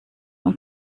man